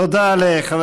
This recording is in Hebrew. תודה לחבר